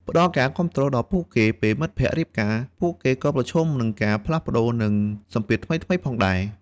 ផ្តល់ការគាំទ្រដល់ពួកគេ ពេលមិត្តភក្តិរៀបការ ពួកគេក៏ប្រឈមនឹងការផ្លាស់ប្តូរ និងសម្ពាធថ្មីៗផងដែរ។